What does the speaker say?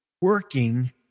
working